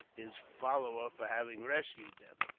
his follower for having rescued them.